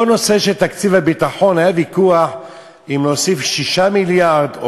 בכל נושא תקציב הביטחון היה ויכוח אם להוסיף 6 מיליארד,